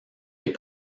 les